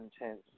intense